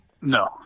no